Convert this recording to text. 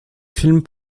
film